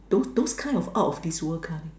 those those kind of out of this world kind